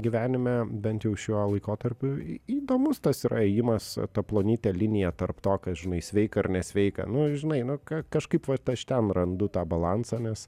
gyvenime bent jau šiuo laikotarpiu į įdomus tas yra ėjimas ta plonyte linija tarp to kas žinai sveika ar nesveika nu žinai nu k kažkaip vat aš ten randu tą balansą nes